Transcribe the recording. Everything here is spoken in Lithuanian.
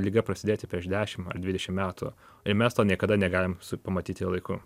liga prasidėti prieš dešim ar dvidešim metų ir mes to niekada negalim pamatyti laiku